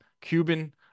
Cuban